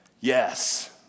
yes